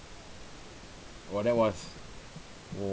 well that was